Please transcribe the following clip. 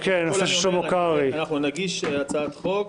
אנחנו נגיש הצעת חוק,